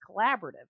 collaborative